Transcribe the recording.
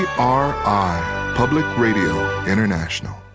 are public radio international.